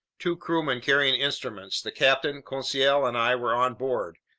two crewmen carrying instruments, the captain, conseil, and i were on board.